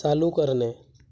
चालू करणे